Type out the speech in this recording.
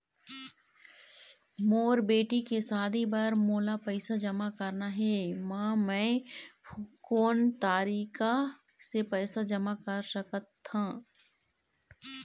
मोर बेटी के शादी बर मोला पैसा जमा करना हे, म मैं कोन तरीका से पैसा जमा कर सकत ह?